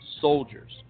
soldiers